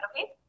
okay